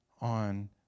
on